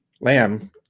lamb